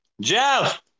Jeff